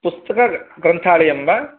पुस्तक ग्रन्थालयं वा